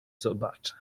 zobaczę